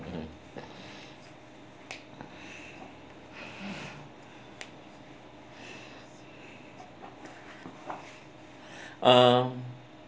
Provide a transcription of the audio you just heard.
um